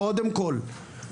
קודם כל.